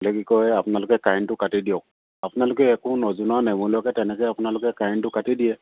বোলে কি কয় আপোনালোকে কাৰেণ্টটো কাটি দিয়ক আপোনালোকে একো নজনা নেমেলাকে তেনেকে আপোনালোকে কাৰেণ্টটো কাটি দিয়ে